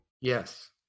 Yes